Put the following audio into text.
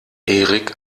erik